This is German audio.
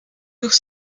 durch